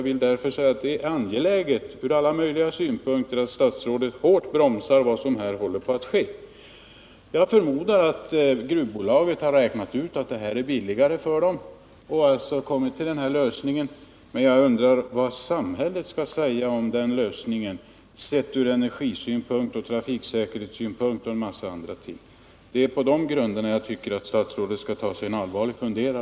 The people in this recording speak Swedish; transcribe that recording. Det är angeläget ur alla synpunkter att statsrådet hårt bromsar vad som här håller på att ske. Jag förmodar att gruvbolaget har räknat ut att det här blir billigare. Men jag undrar hur denna lösning ter sig från energisynpunkt och trafiksäkerhetssynpunkt och en hel del andra synpunkter. På dessa grunder tycker jag att statsrådet bör ta sig en allvarlig funderare.